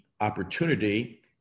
opportunity